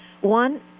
One